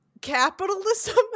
capitalism